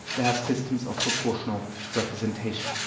they have systems of proportional representation.